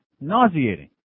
nauseating